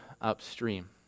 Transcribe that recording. upstream